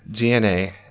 GNA